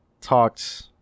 talked